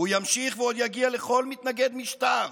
הוא ימשיך ועוד יגיע לכל מתנגד משטר.